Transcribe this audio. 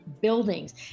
buildings